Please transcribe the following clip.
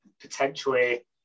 potentially